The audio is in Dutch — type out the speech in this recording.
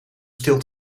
stil